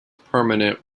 permanent